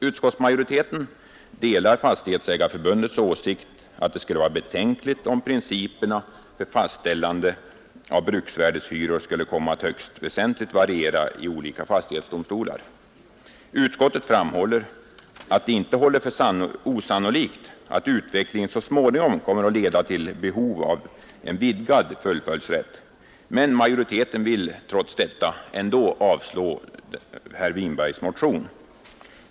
Utskottsmajoriteten delar Fastighetsägareförbundets åsikt att det skulle vara betänkligt, om principerna för fastställande av bruksvärdeshyror skulle komma att högst väsentligt variera i olika fastighetsdomstolar. Utskottet säger, att det inte håller för osannolikt att utvecklingen så småningom kommer att leda till behov av en vidgad fullföljdsrätt, men majoriteten vill trots detta ändå avslå herr Winbergs motion.